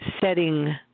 setting